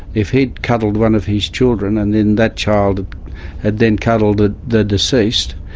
if he'd cuddled one of his children and then that child had then cuddled ah the deceased,